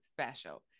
special